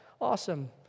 Awesome